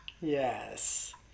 Yes